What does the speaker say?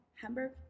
Hamburg